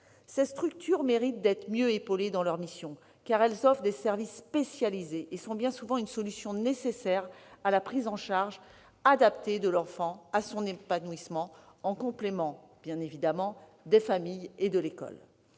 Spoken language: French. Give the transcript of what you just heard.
Ces structures méritent d'être mieux épaulées dans leurs missions, car elles offrent des services spécialisés et sont bien souvent une solution nécessaire à la prise en charge adaptée de l'enfant et à son épanouissement, en complément bien sûr du rôle des familles et de l'école.